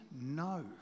No